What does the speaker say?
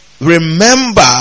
remember